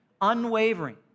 unwavering